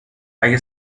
اگه